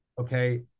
Okay